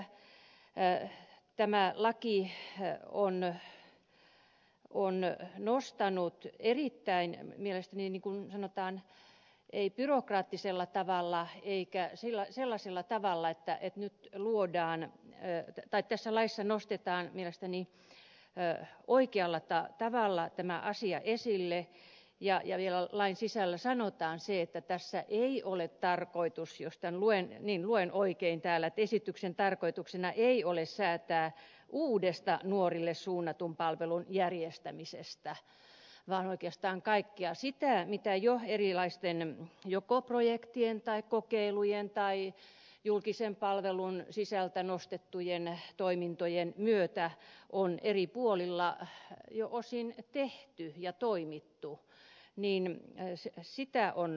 tämä laki on nostanut asian esiin mielestäni erittäin sanotaan ei byrokraattisella tavalla ei kielteisellä tavalla että et nyt luodaan eytä vaan tässä laissa nostetaan mielestäni oikealla tavalla tämä asia esille ja vielä lain sisällä sanotaan jos tämän luen että esityksen tarkoituksena ei ole säätää uudesta nuorille suunnatun palvelun järjestämisestä vaan oikeastaan kaikesta siitä mitä jo erilaisten joko projektien kokeilujen tai julkisen palvelun sisältä nostettujen toimintojen myötä on eri puolilla jo osin tehty ja toimittu